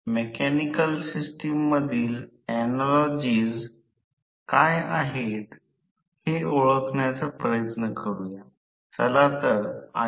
तर अशा परिस्थितीत असे समजल्यास की ही शिडी हलवून देत नाही परंतु जर मोकळ करून दिल तर काय होईल